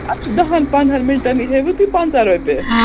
اَسہِ چھُ دَہَن پَنٛداہَن مِنٹَنٕے ہیٚوٕ تُہۍ پنٛژاہ رۄپیہِ